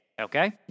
okay